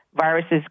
viruses